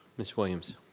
miss williams.